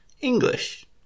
English